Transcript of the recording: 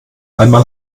einmal